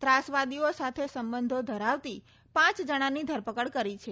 ત્રાસવાદીઓ સાથે સંબંધો ધરાવતા પાંચ જણાની ધરપકડ કરી છે